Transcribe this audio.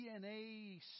DNA